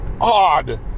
odd